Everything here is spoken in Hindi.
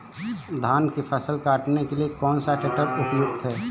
धान की फसल काटने के लिए कौन सा ट्रैक्टर उपयुक्त है?